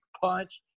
punch